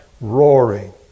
Roaring